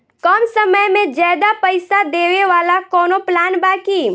कम समय में ज्यादा पइसा देवे वाला कवनो प्लान बा की?